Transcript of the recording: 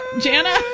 Jana